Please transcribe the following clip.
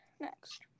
Next